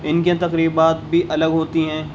ان کے تقریبات بھی الگ ہوتی ہیں